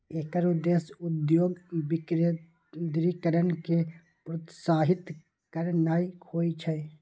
एकर उद्देश्य उद्योगक विकेंद्रीकरण कें प्रोत्साहित करनाय होइ छै